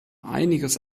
einiges